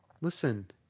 Listen